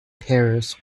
paris